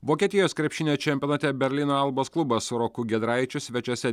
vokietijos krepšinio čempionate berlyno albos klubas su roku giedraičiu svečiuose